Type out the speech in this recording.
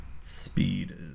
speed